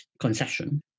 concession